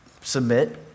submit